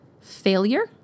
failure